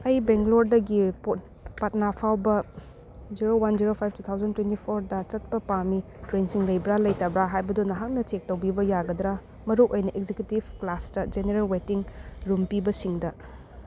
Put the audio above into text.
ꯑꯩ ꯕꯦꯡꯒꯂꯣꯔꯗꯒꯤ ꯄꯠꯅꯥꯐꯥꯎꯕ zero one zero five two thousand twenty ꯐꯣꯔꯗ ꯆꯠꯄ ꯄꯥꯝꯃꯤ ꯇ꯭ꯔꯦꯟꯁꯤꯡ ꯂꯩꯕ꯭ꯔꯥ ꯂꯩꯇꯕ꯭ꯔꯥ ꯍꯥꯏꯕꯗꯨ ꯅꯍꯥꯛꯅ ꯆꯦꯛ ꯇꯧꯕꯤꯕ ꯌꯥꯒꯗ꯭ꯔꯥ ꯃꯔꯨꯑꯣꯏꯅ ꯑꯦꯛꯖꯤꯀ꯭ꯌꯨꯇꯤꯞ ꯀ꯭ꯂꯥꯁꯇ ꯒꯦꯅꯔꯦꯜ ꯋꯦꯠꯇꯤꯡ ꯔꯨꯝꯄꯤꯕꯁꯤꯡꯗ